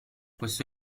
questo